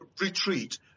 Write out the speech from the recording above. retreat